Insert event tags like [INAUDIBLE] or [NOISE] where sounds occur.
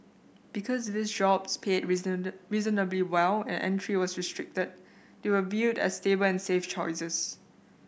because these jobs paid [UNINTELLIGIBLE] reasonably well and entry was restricted they were viewed as stable and safe choices